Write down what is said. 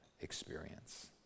experience